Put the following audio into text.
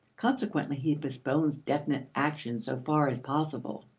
consequently he postpones definite action so far as possible.